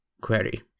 query